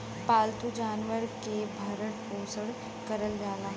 पालतू जानवरन के भरण पोसन करल जाला